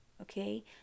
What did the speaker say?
okay